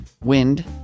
Wind